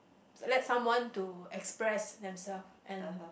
let someone to express them self and